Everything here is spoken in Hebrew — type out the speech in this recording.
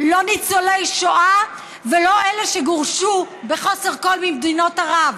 לא ניצולי שואה ולא אלה שגורשו בחוסר כול ממדינות ערב.